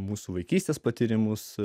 mūsų vaikystės patyrimus